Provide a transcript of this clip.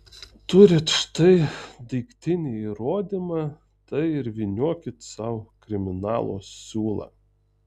turit štai daiktinį įrodymą tai ir vyniokit sau kriminalo siūlą